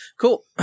Cool